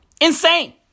Insane